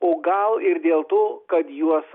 o gal ir dėl to kad juos